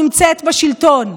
נמצאת בשלטון.